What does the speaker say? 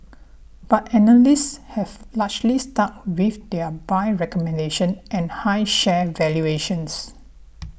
but analysts have largely stuck with their buy recommendation and high share valuations